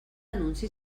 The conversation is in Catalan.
anunci